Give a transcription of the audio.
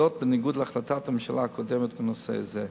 זאת, בניגוד להחלטת הממשלה הקודמת בנושא זה.